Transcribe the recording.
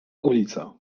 ulica